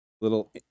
little